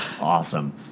awesome